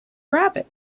rabbit